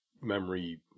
memory